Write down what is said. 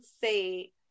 say